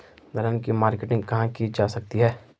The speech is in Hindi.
दलहन की मार्केटिंग कहाँ की जा सकती है?